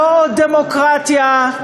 לא דמוקרטיה,